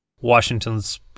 Washington's